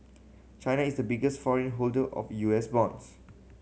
China is the biggest foreign holder of U S bonds